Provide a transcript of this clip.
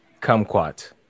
Kumquat